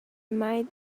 made